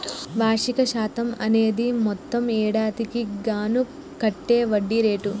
వార్షిక శాతం అనేది మొత్తం ఏడాదికి గాను కట్టే వడ్డీ రేటు